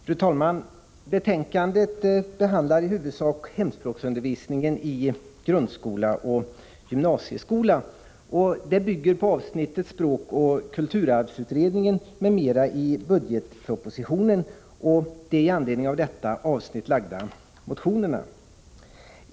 Fru talman! Betänkandet behandlar i huvudsak hemspråksundervisningen i grundskola och gymnasieskola. Det bygger på avsnittet språk och kulturarvsutredningen m.m. i budgetpropositionen och de i anledning av detta avsnitt väckta motionerna.